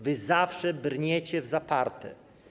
Wy zawsze brniecie w zaparte.